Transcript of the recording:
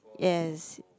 yes